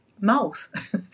mouth